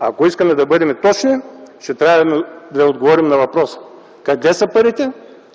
Ако искаме да бъдем точни, ще трябва да отговорим на въпроса: къде са парите,